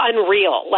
Unreal